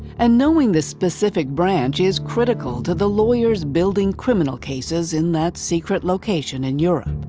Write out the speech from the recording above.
and knowing the specific branch is critical to the lawyers building criminal cases in that secret location in europe.